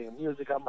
music